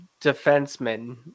defensemen